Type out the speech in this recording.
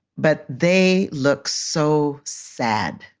but they looked so sad.